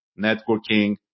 networking